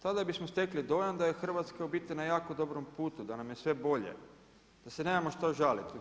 Tada bismo stekli dojam da je Hrvatska u biti na jako dobrom putu, da nam je sve bolje, da se nemamo šta žaliti.